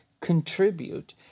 contribute